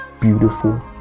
beautiful